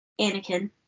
Anakin